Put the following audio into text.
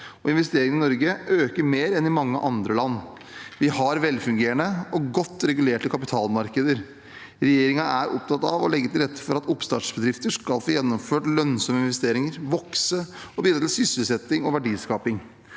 investeringer i Norge øker mer enn i mange andre land. Vi har velfungerende og godt regulerte kapitalmarkeder. Regjeringen er opptatt av å legge til rette for at oppstartsbedrifter skal få gjennomført lønnsomme investeringer, vokse og bidra til sysselsetting og verdiskaping.